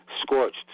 Scorched